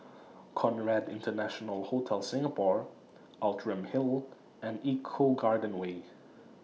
Conrad International Hotel Singapore Outram Hill and Eco Garden Way